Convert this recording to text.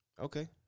Okay